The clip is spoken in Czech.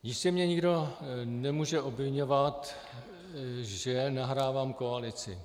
Jistě mě nikdo nemůže obviňovat, že nahrávám koalici.